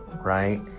Right